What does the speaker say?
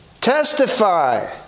Testify